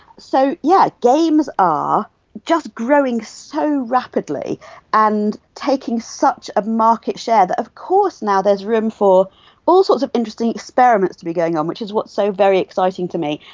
so yes, yeah games are just growing so rapidly and taking such a market share that of course now there is room for all sorts of interesting experiments to be going on, which is what so very exciting to me.